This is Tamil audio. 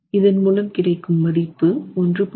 இதன் மூலம் கிடைக்கும் மதிப்பு 1